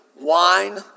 wine